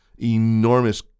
enormous